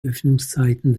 öffnungszeiten